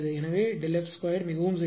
எனவே Δf2 மிகவும் சிறியது